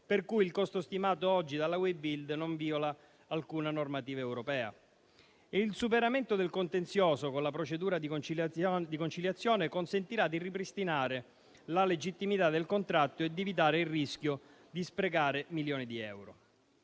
per cui il costo stimato oggi dalla Webuild non viola alcuna normativa europea. Il superamento del contenzioso, con la procedura di conciliazione, consentirà di ripristinare la legittimità del contratto ed evitare il rischio di sprecare milioni di euro.